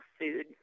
food